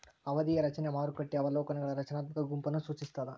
ಅವಧಿಯ ರಚನೆ ಮಾರುಕಟ್ಟೆಯ ಅವಲೋಕನಗಳ ರಚನಾತ್ಮಕ ಗುಂಪನ್ನ ಸೂಚಿಸ್ತಾದ